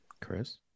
Chris